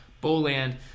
Boland